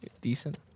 decent